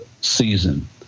season